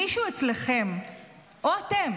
מישהו אצלכם או אתם